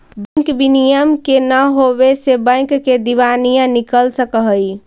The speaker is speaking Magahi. बैंक विनियम के न होवे से बैंक के दिवालिया निकल सकऽ हइ